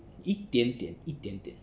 一点点一点点